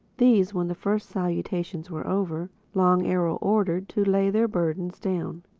these, when the first salutations were over, long arrow ordered to lay their burdens down.